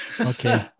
Okay